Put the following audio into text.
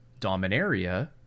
dominaria